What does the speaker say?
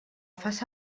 faça